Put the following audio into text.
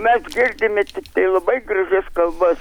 mes girdime tiktai labai gražias kalbas